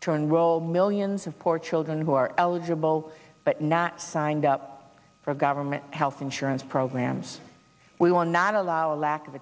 to enroll millions of poor children who are eligible but not signed up for government health insurance programs we will not allow a lack of